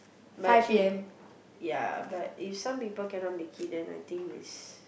but she ya but if some people cannot make it I think is